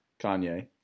kanye